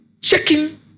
checking